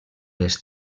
les